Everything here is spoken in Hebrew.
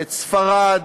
את ספרד,